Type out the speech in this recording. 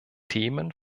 themen